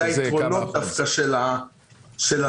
אלה היתרונות של ה-זום.